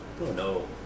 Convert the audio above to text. No